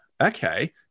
okay